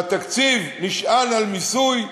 והתקציב נשען על מיסוי,